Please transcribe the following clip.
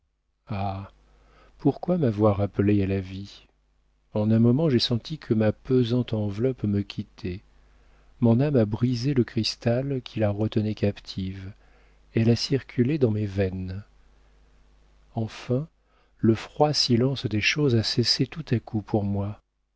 pourquoi m'avoir appelée à la vie en un moment j'ai senti que ma pesante enveloppe me quittait mon âme a brisé le cristal qui la retenait captive elle a circulé dans mes veines enfin le froid silence des choses a cessé tout à coup pour moi